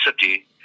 city